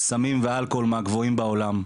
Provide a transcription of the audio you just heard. סמים ואלכוהול מהגבוהים בעולם.